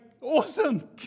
awesome